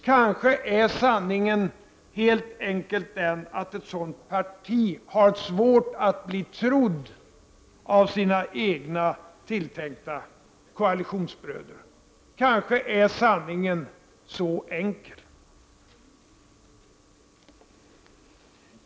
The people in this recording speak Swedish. Kanske är sanningen helt enkelt den att ett sådant parti har svårt att bli trott av sina egna tilltänkta koalitionsbröder. Kanske är sanningen så enkel.